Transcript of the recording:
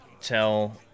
tell